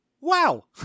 Wow